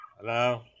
Hello